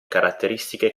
caratteristiche